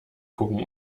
gucken